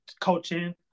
coaching